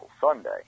Sunday